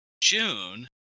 June